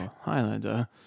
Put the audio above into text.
Highlander